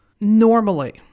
normally